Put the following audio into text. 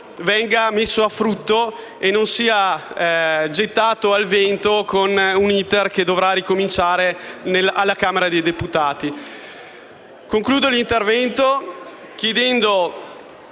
venga messo a frutto e non sia gettato al vento con un *iter* che dovrà ricominciare alla Camera dei deputati. Concludo il mio intervento confidando